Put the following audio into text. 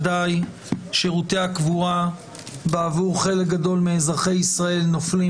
שירותי הקבורה עבור חלק גדול מאזרחי ישראל נופלים